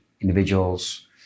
individuals